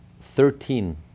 Thirteen